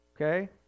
okay